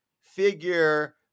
figure